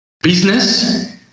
business